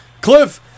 Cliff